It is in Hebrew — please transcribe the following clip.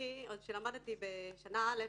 כשעוד למדתי בשנה א',